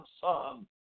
son